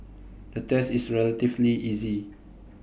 the test is relatively easy